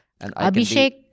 Abhishek